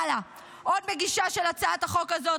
עוד מגישה של הצעת החוק הזאת,